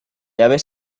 aves